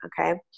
Okay